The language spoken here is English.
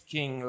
King